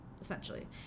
essentially